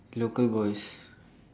local boys